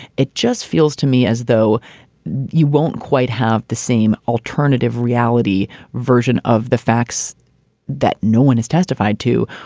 it just feels to me as though you won't quite have the same alternative reality version of the facts that no one has testified to.